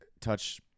touch